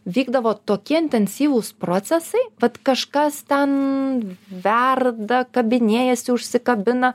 vykdavo tokie intensyvūs procesai vat kažkas ten verda kabinėjasi užsikabina